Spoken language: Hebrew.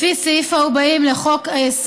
לפי סעיף 40 לחוק-היסוד,